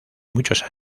muchos